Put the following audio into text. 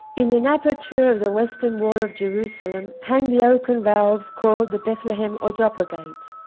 in an aperture of the western wall of jerusalem hang the oaken valves called the bethlehem or joppa gate.